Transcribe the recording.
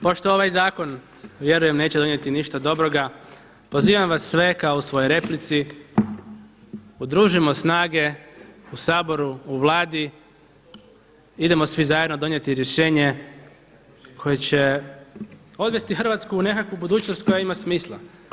Pošto ovaj zakon vjerujem neće donijeti ništa dobroga, pozivam vas sve kao u svojoj replici udružimo snage u Saboru u Vladi, idemo svi zajedno donijeti rješenje koje će odvesti Hrvatsku u nekakvu budućnost koja ima smisla.